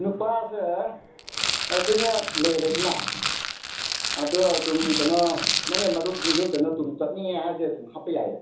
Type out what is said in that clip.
ꯅꯨꯄꯥꯁꯦ ꯑꯩꯈꯣꯏꯅꯤ ꯂꯩꯔꯦꯗꯅ ꯑꯗꯣ ꯑꯗꯨꯝ ꯀꯩꯅꯣ ꯅꯪꯒꯤ ꯃꯔꯨꯞꯁꯤꯡꯁꯨ ꯀꯩꯅꯣ ꯇꯨꯝ ꯆꯠꯅꯤꯡꯉꯦ ꯍꯥꯏꯔꯗꯤ ꯑꯗꯨꯝ ꯍꯥꯞꯄ ꯌꯥꯏꯌꯦ